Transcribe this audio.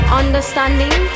understanding